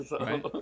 right